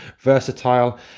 versatile